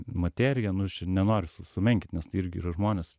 materija nu aš čia nenoriu su sumenkinint nes tai irgi yra žmonės čia